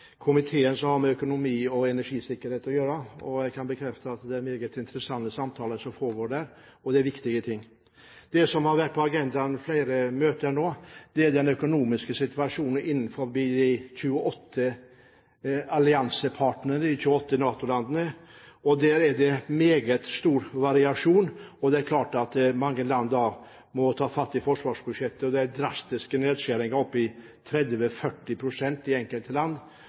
komiteen som har med økonomi og energisikkerhet å gjøre, og jeg kan bekrefte at det er meget interessante samtaler som foregår der – det er viktige ting. Det som har vært på agendaen i flere møter nå, er den økonomiske situasjonen innenfor de 28 alliansepartnerne i de 28 NATO-landene, og der er det meget stor variasjon. Mange land må ta fatt i forsvarsbudsjettet og gjøre drastiske nedskjæringer, opptil 30 pst. og 40 pst. i enkelte land.